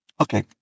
Okay